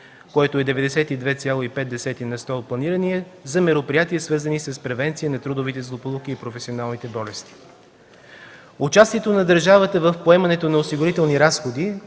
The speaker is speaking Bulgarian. което е 92,5 на сто от планирания за мероприятия, свързани с превенция на трудовите злополуки и професионалните болести. Участието на държавата в поемането на осигурителни разходи,